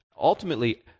ultimately